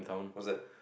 what's that